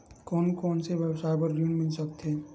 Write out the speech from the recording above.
कोन कोन से व्यवसाय बर ऋण मिल सकथे?